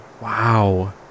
Wow